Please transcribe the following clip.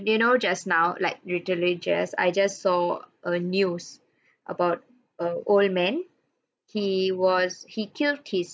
you know just now like literally just I just saw a news about a old man he was he killed his